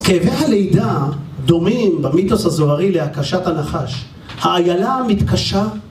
כאבי הלידה דומים במיתוס הזוהרי להכשת הנחש. האיילה המתקשה.